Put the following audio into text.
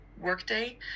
workday